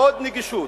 עוד נגישות,